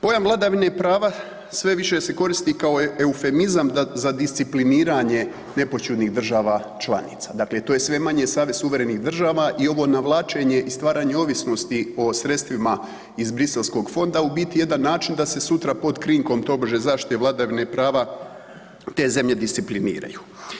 Pojam vladavine prava sve više se koristi kao eufemizam za discipliniranje nepoćudnih država članica, dakle to je sve manje savez suverenih država i ovo navlačenje i stvaranje ovisnosti o sredstvima iz briselskog fonda u biti jedan način da se sutra pod krinkom tobože zaštite vladavine prava te zemlje discipliniraju.